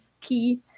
key